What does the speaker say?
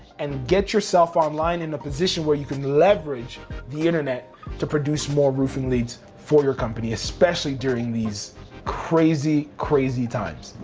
and get yourself online in a position where you can leverage the internet to produce more roofing leads for your company, especially during these crazy, crazy times.